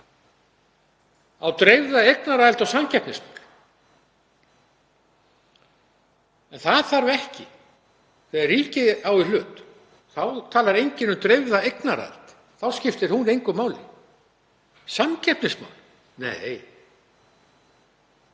af dreifðri eignaraðild og samkeppnismálum, en það þarf ekki þegar ríkið á í hlut. Þá talar enginn um dreifða eignaraðild, þá skiptir hún engu máli. Samkeppnismál? Nei.